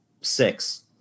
Six